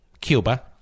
Cuba